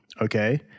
Okay